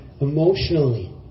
Emotionally